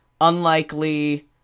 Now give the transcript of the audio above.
unlikely